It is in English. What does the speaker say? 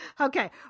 Okay